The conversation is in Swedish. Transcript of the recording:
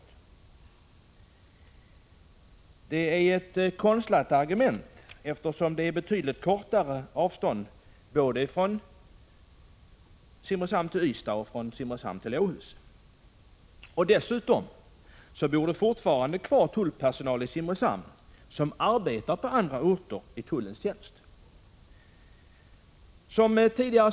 Tullens argument är konstlat, eftersom det från Simrishamn är betydligt kortare avstånd både till Ystad och till Åhus. Dessutom bor det fortfarande kvar tullpersonal i Simrishamn, som arbetar i tullens tjänst på andra orter.